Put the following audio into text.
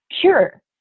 cure